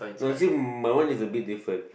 no you see my one is a bit different